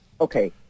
okay